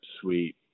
sweet